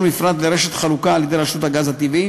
מפרט לרשת חלוקה על-ידי רשות הגז הטבעי